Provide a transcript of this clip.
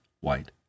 white